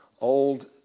old